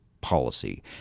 policy